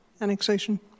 annexation